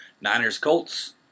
Niners-Colts